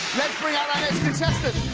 bring out our next contestant.